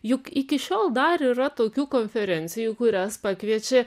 juk iki šiol dar yra tokių konferencijų į kurias pakviečia